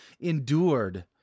endured